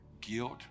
guilt